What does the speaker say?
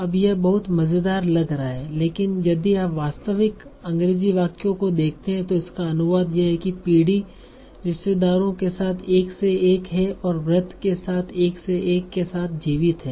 अब यह बहुत मज़ेदार लग रहा है लेकिन यदि आप वास्तविक अंग्रेजी वाक्य को देखते हैं तो इसका अनुवाद यह हैं कि पीढ़ी रिश्तेदारों के साथ एक से एक है और मृत के साथ एक से एक के साथ जीवित है